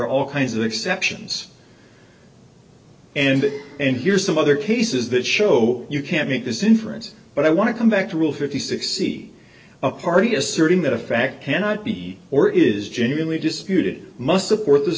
are all kinds of exceptions and and here's some other cases that show you can't make this inference but i want to come back to rule fifty six see a party asserting that a fact cannot be or is genuinely disputed must support the